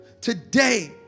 today